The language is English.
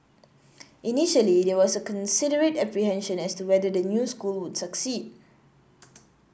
initially there was considerable apprehension as to whether the new school would succeed